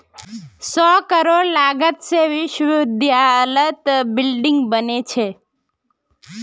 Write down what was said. सौ करोड़ लागत से विश्वविद्यालयत बिल्डिंग बने छे